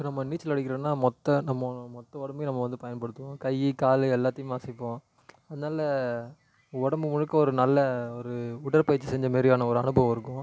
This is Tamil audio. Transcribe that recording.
இப்போ நம்ம நீச்சல் அடிக்கிறோன்னா மொத்த நம்ம மொத்த உடம்பையும் நம்ம வந்து பயன்படுத்துவோம் கையி காலு எல்லாத்தையும் மாற்றிப்போம் அதனால உடம்பு முழுக்க ஒரு நல்ல ஒரு உடற்பயிற்சி செஞ்சமாரியான ஒரு அனுபவம் இருக்கும்